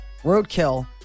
Roadkill